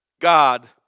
God